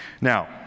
Now